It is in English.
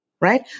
right